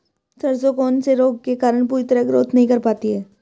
सरसों कौन से रोग के कारण पूरी तरह ग्रोथ नहीं कर पाती है?